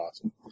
awesome